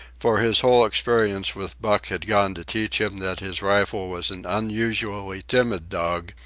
for his whole experience with buck had gone to teach him that his rival was an unusually timid dog,